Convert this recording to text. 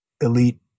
elite